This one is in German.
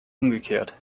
umgekehrt